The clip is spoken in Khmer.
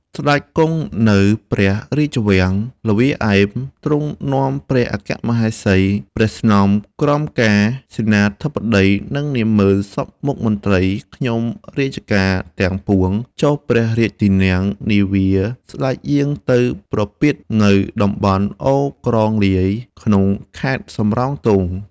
ស្ដេចគង់នៅព្រះរាជវាំងល្វាឯម ទ្រង់នាំព្រះអគ្គមហេសី ព្រះស្នំក្រមការ សេនាបតី និងនាម៉ឺនសព្វមុខមន្ត្រីខ្ញុំរាជការទាំងពួង ចុះព្រះរាជទីន័ងនាវាស្ដេចយាងទៅប្រពាតនៅតំបន់អូរក្រងលាយ ក្នុងខេត្តសំរោងទង